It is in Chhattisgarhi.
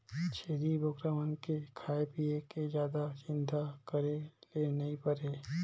छेरी बोकरा मन के खाए पिए के जादा चिंता करे ले नइ परे